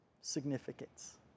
Significance